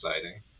exciting